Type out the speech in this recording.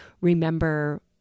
remember